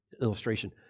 illustration